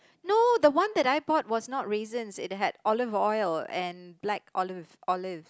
no the one that I brought was not raisins it had olive oil and black olive olive